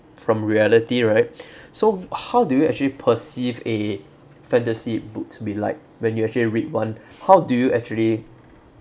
from reality right so how do you actually perceive a fantasy book to be like when you actually read one how do you actually